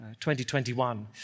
2021